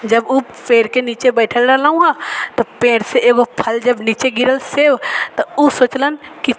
जब ओ पेड़के निचे बैठल रहलौ हँ तऽ पेड़सँ एगो फल जब नीचे गिरल सेब तऽ ओ सोचलन कि